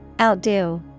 Outdo